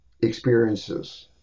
experiences